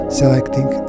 selecting